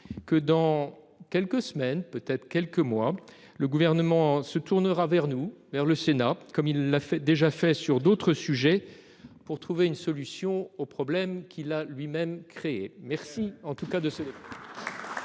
que, dans quelques semaines, ou peut-être quelques mois, le Gouvernement se tournera vers le Sénat, comme il l'a déjà fait sur d'autres sujets, pour trouver une solution au problème qu'il a lui-même créé. Quoi qu'il en soit,